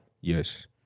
Yes